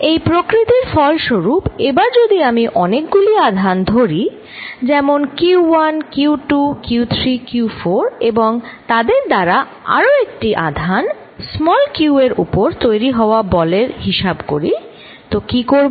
এই প্রকৃতি র ফল স্বরূপ এবার যদি আমি অনেকগুলি আধান ধরি যেমন Q1 Q2 Q3 Q4 এবং তাদের দ্বারা আরো একটি আধান q এর উপর তৈরি হওয়া বল এর হিসাব করি তো কি করব